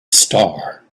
star